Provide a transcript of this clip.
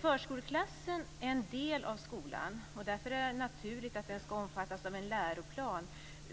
Förskoleklassen är en del av skolan och därför är det naturligt att den skall omfattas av en läroplan